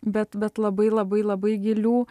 bet bet labai labai labai gilių